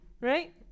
right